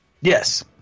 Yes